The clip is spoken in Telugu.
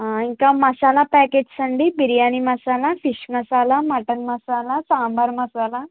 ఇంకా మషాలా ప్యాకెట్స్ అండి బిర్యానీ మసాలా ఫిష్ మసాలా మటన్ మసాలా సాంబార్ మసాలా